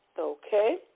Okay